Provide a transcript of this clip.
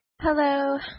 Hello